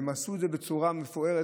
הם עשו את זה בצורה מפוארת.